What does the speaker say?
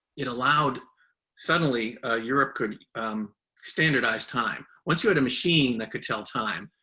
it allowed suddenly europe could standardize time. once you had a machine that could tell time,